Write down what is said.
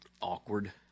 awkward